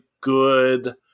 good